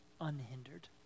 unhindered